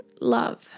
love